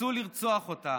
רצו לרצוח אותה